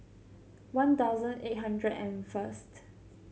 one thousand eight hundred and first